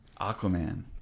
Aquaman